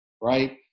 right